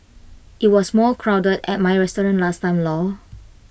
IT was more crowded at my restaurant last time lor